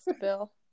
Bill